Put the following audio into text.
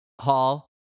hall